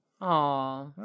Aw